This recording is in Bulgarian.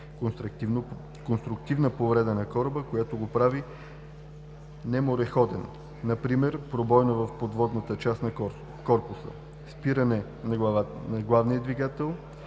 конструктивна повреда на кораба, която го прави немореходен (например, пробойна в подводната част на корпуса), спиране на главния двигател,